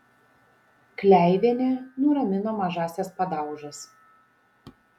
kleivienė nuramino mažąsias padaužas